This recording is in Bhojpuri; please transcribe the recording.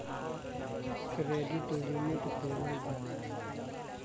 क्रेडिट लिमिट देवल जाला